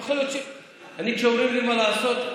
כשאומרים לי מה לעשות,